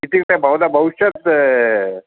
इत्युक्ते भवतः भविष्यत्